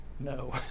No